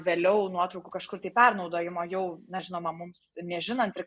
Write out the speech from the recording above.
vėliau nuotraukų kažkur tai pernaudojimo jau na žinoma mums nežinant ir